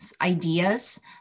ideas